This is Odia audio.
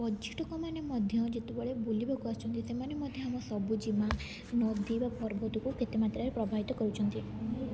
ପର୍ଯ୍ୟଟକମାନେ ମଧ୍ୟ ଯେତେବେଳେ ବୁଲିବାକୁ ଆସୁଛନ୍ତି ସେମାନେ ମଧ୍ୟ ଆମ ସବୁ ଜୀମା ନଦୀ ବା ପର୍ବତକୁ କେତେ ମାତ୍ରାରେ ପ୍ରଭାବିତ କରୁଛନ୍ତି